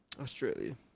Australia